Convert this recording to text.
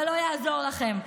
אבל לא יעזור לכם.